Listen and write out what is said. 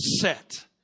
set